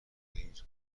تغییر